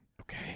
Okay